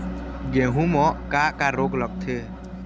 गेहूं म का का रोग लगथे?